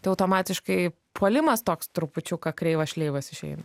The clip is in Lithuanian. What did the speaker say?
tai automatiškai puolimas toks trupučiuką kreivas šleivas išeina